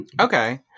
okay